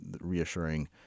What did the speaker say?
reassuring